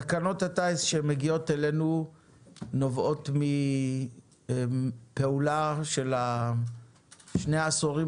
תקנות הטיס שמגיעות אלינו נובעות מפעולה של שני העשורים